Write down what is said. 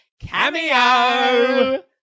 Cameo